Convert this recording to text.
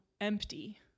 empty